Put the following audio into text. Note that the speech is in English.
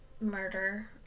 Murder